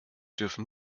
dürfen